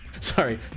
Sorry